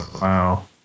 Wow